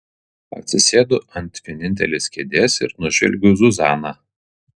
atsisėdu ant vienintelės kėdės ir nužvelgiu zuzaną